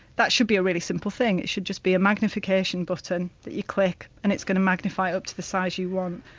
that should be a really simple thing, it should just be a magnification button that you click and it's going to magnify it up to the size you want.